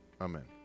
Amen